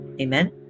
amen